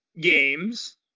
games